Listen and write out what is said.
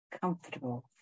comfortable